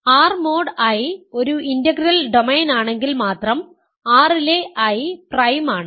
R mod I ഒരു integral domain ആണെങ്കിൽ മാത്രം R ലെ I പ്രൈം ആണ്